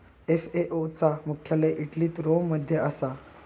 FAO चा मुख्यालय इटलीत रोम मध्ये असा